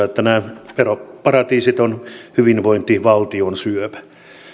että nämä veroparatiisit ovat hyvinvointivaltion syöpä